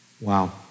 Wow